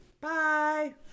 Bye